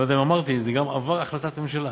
אני לא יודע אם אמרתי, זה גם עבר החלטת ממשלה.